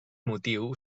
motiu